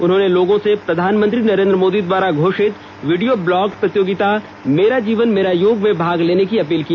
उन्होंने लोगों से प्रधानमंत्री नरेन्द्र मोदी द्वारा घोषित वीडियो ब्लॉग प्रतियोगिता मेरा जीवन मेरा योग में भाग लेने की अपील की